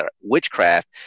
witchcraft